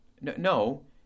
No